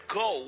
go